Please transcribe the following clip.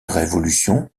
révolution